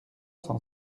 cent